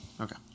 Okay